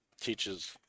teaches